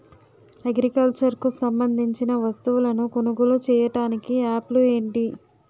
Agriculture కు సంబందించిన వస్తువులను కొనుగోలు చేయటానికి యాప్లు ఏంటి?